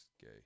gay